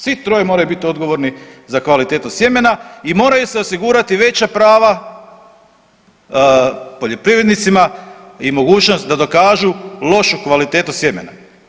Svi troje moraju biti odgovorni za kvalitetu sjemena i moraju se osigurati veća prava poljoprivrednicima i mogućnost da dokažu lošu kvalitetu sjemena.